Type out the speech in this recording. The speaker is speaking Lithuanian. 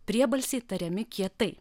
priebalsiai tariami kietai